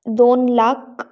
दोन लाख